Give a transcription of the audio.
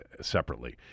separately